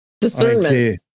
discernment